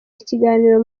ikiganiro